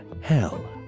hell